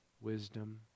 wisdom